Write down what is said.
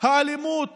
האלימות